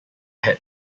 had